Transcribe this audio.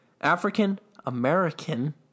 African-American